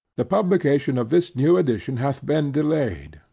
the publication of this new edition hath been delayed,